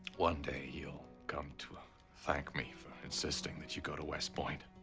one day you'll come to thank me for insisting that you go to west point.